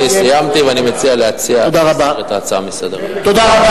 ממילא כולם בכנס הרצלייה.